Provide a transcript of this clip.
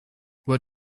what